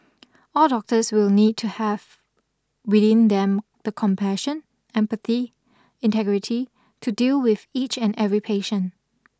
all doctors will need to have within them the compassion empathy and integrity to deal with each and every patient